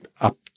up